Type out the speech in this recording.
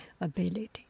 ability